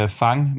fang